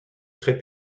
très